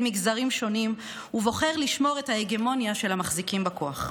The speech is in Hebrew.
מגזרים שונים ובוחר לשמור את ההגמוניה של המחזיקים בכוח.